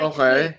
Okay